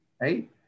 right